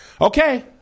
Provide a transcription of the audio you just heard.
Okay